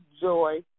joy